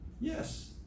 Yes